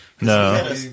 no